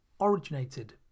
originated